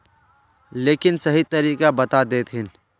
लेकिन सही तरीका बता देतहिन?